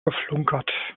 geflunkert